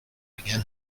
again